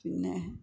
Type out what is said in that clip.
പിന്നെ